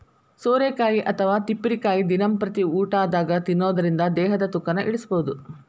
ಸೋರೆಕಾಯಿ ಅಥವಾ ತಿಪ್ಪಿರಿಕಾಯಿ ದಿನಂಪ್ರತಿ ಊಟದಾಗ ತಿನ್ನೋದರಿಂದ ದೇಹದ ತೂಕನು ಇಳಿಸಬಹುದು